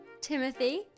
Timothy